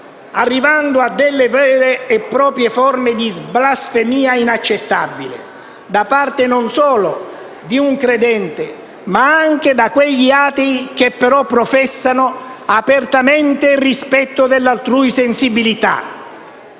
arrivando a delle vere e proprie forme di blasfemia inaccettabili, da parte non solo di un credente, ma anche da quegli atei che però professano apertamente il rispetto dell'altrui sensibilità.